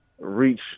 reach